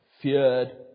feared